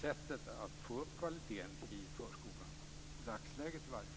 sättet att få upp kvaliteten i förskolan, i alla fall inte i dagsläget.